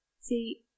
See